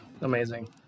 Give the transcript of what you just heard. amazing